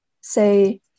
say